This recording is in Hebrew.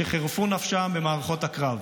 שחירפו נפשם במערכות הקרב,